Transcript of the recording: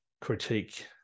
critique